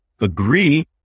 agree